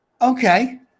Okay